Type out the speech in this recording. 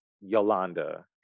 Yolanda